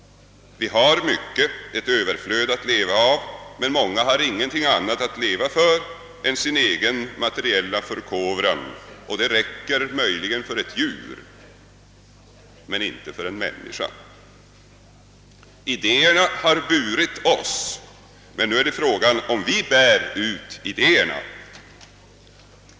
Vi har mycket, ett överflöd att leva av, men många har ingenting annat att leva för än sin egen materiella förkovran. Det räcker möjligen för ett djur, men inte för en människa. Idéerna har burit oss, men nu är det fråga om vi bär ut idéerna.